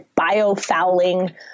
biofouling